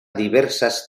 diversas